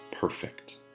perfect